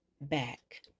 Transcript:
back